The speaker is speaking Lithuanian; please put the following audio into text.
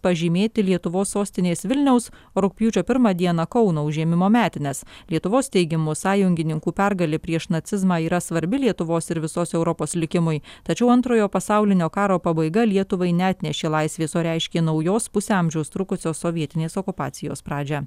pažymėti lietuvos sostinės vilniaus rugpjūčio pirmą dieną kauno užėmimo metines lietuvos teigimu sąjungininkų pergalė prieš nacizmą yra svarbi lietuvos ir visos europos likimui tačiau antrojo pasaulinio karo pabaiga lietuvai neatnešė laisvės o reiškė naujos pusę amžiaus trukusios sovietinės okupacijos pradžią